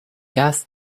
gas